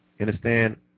understand